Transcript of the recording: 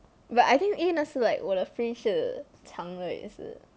but I think 因为那次 like 我的 fringe 是长的也是